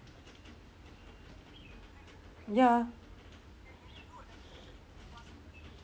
ya